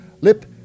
Lip